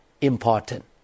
important